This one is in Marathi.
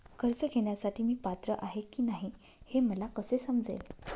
कर्ज घेण्यासाठी मी पात्र आहे की नाही हे मला कसे समजेल?